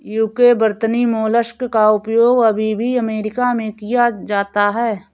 UK वर्तनी mollusc का उपयोग अभी भी अमेरिका में किया जाता है